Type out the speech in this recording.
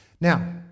Now